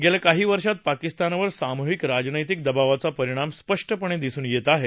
गेल्या काही वर्षांत पाकिस्तानवर सामुहिक राजनैतिक दबावाचा परिणाम स्पष्टपणे दिसून येत आहे